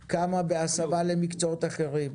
כמה בהסבה למקצועות אחרים.